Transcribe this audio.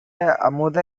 அமுத